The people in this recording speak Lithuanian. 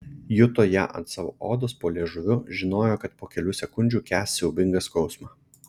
juto ją ant savo odos po liežuviu žinojo kad po kelių sekundžių kęs siaubingą skausmą